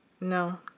No